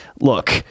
look